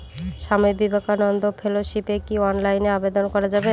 স্বামী বিবেকানন্দ ফেলোশিপে কি অনলাইনে আবেদন করা য়ায়?